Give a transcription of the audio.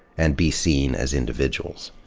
and be seen as, individuals.